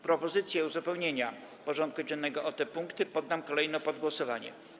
Propozycje uzupełnienia porządku dziennego o te punkty poddam kolejno pod głosowanie.